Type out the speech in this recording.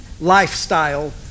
lifestyle